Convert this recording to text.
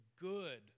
good